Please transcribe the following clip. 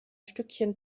stückchen